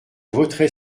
voterai